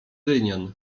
rynien